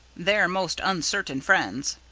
they're most uncertain friends.